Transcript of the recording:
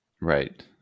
right